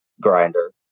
grinder